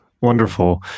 Wonderful